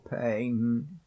pain